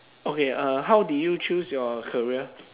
okay uh how did you choose your career